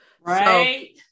right